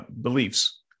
beliefs